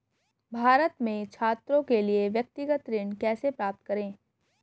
भारत में छात्रों के लिए व्यक्तिगत ऋण कैसे प्राप्त करें?